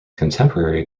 contemporary